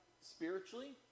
spiritually